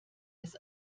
des